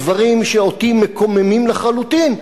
בדברים שאותי מקוממים לחלוטין,